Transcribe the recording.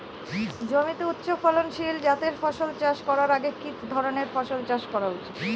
জমিতে উচ্চফলনশীল জাতের ফসল চাষ করার আগে কি ধরণের ফসল চাষ করা উচিৎ?